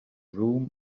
room